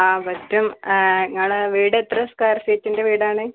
ആ പറ്റും ആ നിങ്ങൾ വീട് എത്ര സ്കൊയർ ഫീറ്റിൻ്റെ വീടാണ്